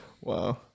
Wow